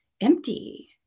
empty